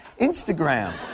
Instagram